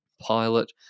pilot